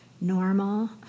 Normal